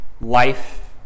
life